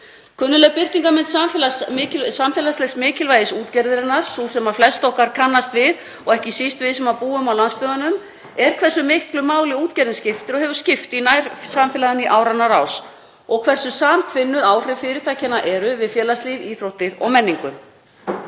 Kunnugleg birtingarmynd samfélagslegs mikilvægis útgerðarinnar, sú sem flest okkar kannast við og ekki síst við sem búum á landsbyggðunum, er hversu miklu máli útgerðin skiptir og hefur skipt í nærsamfélaginu í áranna rás og hversu samtvinnuð áhrif fyrirtækjanna eru við félagslíf, íþróttir og menningu.